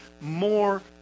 more